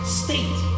state